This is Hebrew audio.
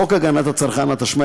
חוק הגנת הצרכן, התשמ"א